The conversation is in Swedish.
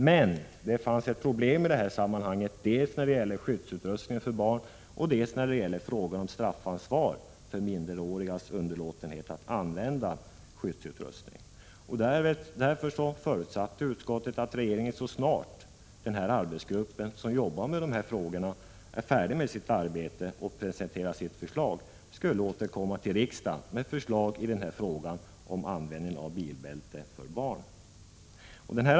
Men det fanns problem i sammanhanget dels när det gällde skyddsutrustning för barn, dels beträffande frågan om straffansvar för minderårigas underlåtenhet att använda skyddsutrustning. Därför förutsatte utskottet att regeringen, så snart den arbetsgrupp som sysslar med frågorna presenterat sitt förslag, skulle återkomma till riksdagen med proposition om användning av bilbälte för barn.